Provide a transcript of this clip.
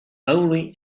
only